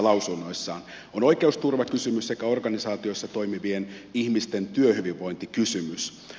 tämä on oikeusturvakysymys sekä organisaatiossa toimivien ihmisten työhyvinvointikysymys